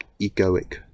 egoic